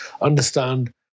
understand